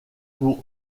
pour